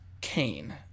Kane